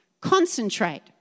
Concentrate